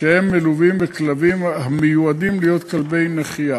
כשהם מלווים בכלבים המיועדים להיות כלבי נחייה.